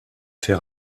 fait